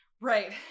Right